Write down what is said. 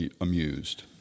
amused